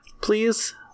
please